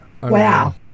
Wow